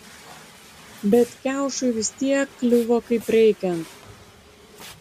bet kiaušui vis tiek kliuvo kaip reikiant